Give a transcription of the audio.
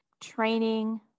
training